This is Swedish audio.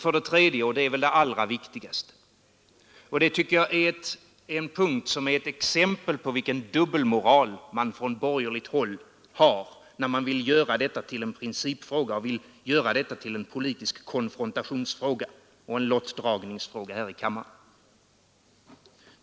För det tredje — och det är det allra viktigaste — är det ett exempel på vilken dubbelmoral man från borgerligt håll har när man vill göra detta till en principfråga, en politisk konfrontationsfråga och lottdragningsfråga här i kammaren.